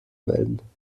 melden